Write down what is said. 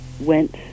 went